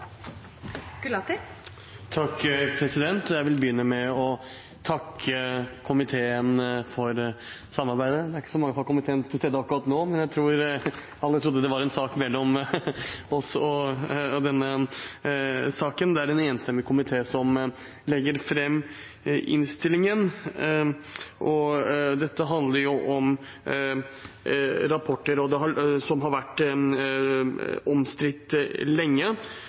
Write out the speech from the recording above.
ikke så mange fra komiteen til stede akkurat nå, alle trodde det var en sak mellom forrige sak og denne saken. Det er en enstemmig komité som legger fram innstillingen. Dette handler om rapporter som har vært omstridt lenge,